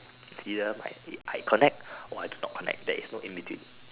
it's either my I connect or I do not connect there is no in between